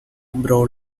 brawl